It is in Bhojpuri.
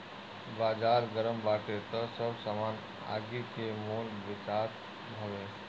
बाजार गरम बाटे तअ सब सामान आगि के मोल बेचात हवे